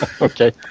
Okay